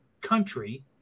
country